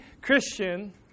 Christian